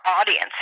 audience